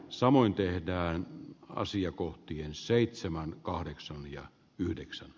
samoin tehtaan asiakohtien seitsemän kahdeksan ja yhdeksän